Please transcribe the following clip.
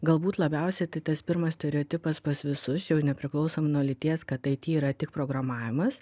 galbūt labiausiai tai tas pirmas stereotipas pas visus jau nepriklausomai nuo lyties kad it yra tik programavimas